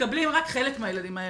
מקבלים רק חלק מהילדים האלרגיים.